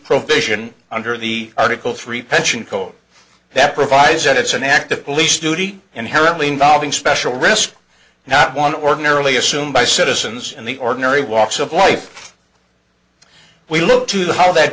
probation under the article three pension code that provides that it's an active police duty inherently involving special risk not one ordinarily assumed by citizens in the ordinary walks of life we look to the how that